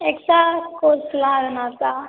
extra கோர்ஸெலாம் எதனா இருக்கா